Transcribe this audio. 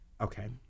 Okay